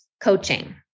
coaching